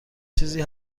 چیزی